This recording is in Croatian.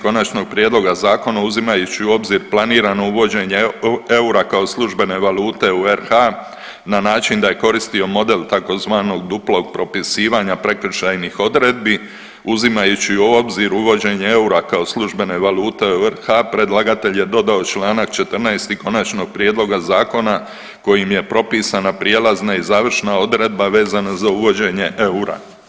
Konačnog prijedloga zakona uzimajući u obzir planirano uvođenje eura kao službene valute u RH na način da je koristio model tzv. duplog propisivanja prekršajnih odredbi, uzimajući u obzir uvođenje eura kao službene valute u RH predlagatelj je dodao čl. 14 Konačnog prijedloga zakona kojim je propisana prijelazna i završna odredba vezano za uvođenje eura.